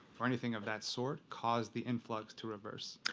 or anything of that sort, cause the influx to reverse?